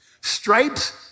Stripes